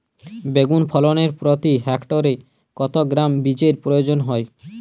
বেগুন ফলনে প্রতি হেক্টরে কত গ্রাম বীজের প্রয়োজন হয়?